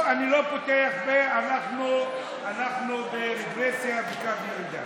לא, אני לא פותח פה, אנחנו ברגרסיה, בקו ירידה.